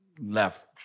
left